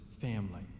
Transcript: family